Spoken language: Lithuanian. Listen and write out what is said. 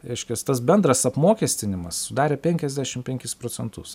reiškias tas bendras apmokestinimas sudarė penkiasdešim penkis procentus